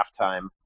halftime